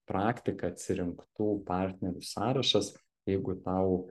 praktiką atsirinktų partnerių sąrašas jeigu tau